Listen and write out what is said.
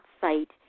site